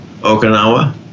Okinawa